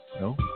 No